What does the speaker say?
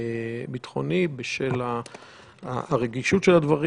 ביטחוני בשל הרגישות של הדברים.